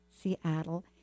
Seattle